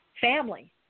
family